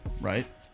right